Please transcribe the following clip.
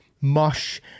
mush